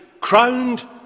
crowned